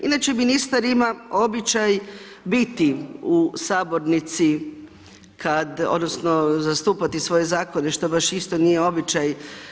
Inače ministar ima običaj biti u sabornici kad, odnosno zastupati svoje zakone što baš isto nije običaj.